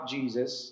Jesus